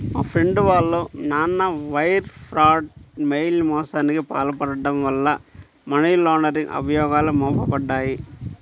మా ఫ్రెండు వాళ్ళ నాన్న వైర్ ఫ్రాడ్, మెయిల్ మోసానికి పాల్పడటం వల్ల మనీ లాండరింగ్ అభియోగాలు మోపబడ్డాయి